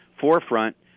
forefront